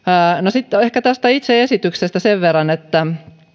sitten tästä itse esityksestä sen verran että